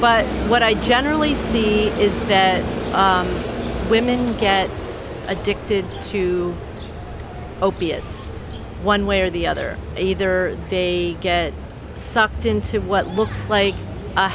but what i generally see is that women get addicted to opiates one way or the other either they get sucked into what looks like a